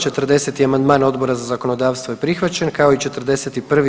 40. amandman Odbora za zakonodavstvo je prihvaćen, kao i 41.